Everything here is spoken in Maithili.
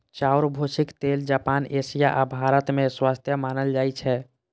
चाउरक भूसीक तेल जापान, एशिया आ भारत मे स्वस्थ मानल जाइ छै